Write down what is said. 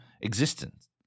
existence